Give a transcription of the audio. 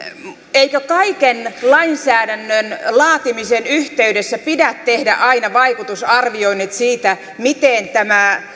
eikö kaiken lainsäädännön laatimisen yhteydessä pidä tehdä aina vaikutusarvioinnit siitä miten